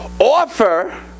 offer